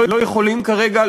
לא יכולים כרגע,